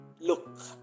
look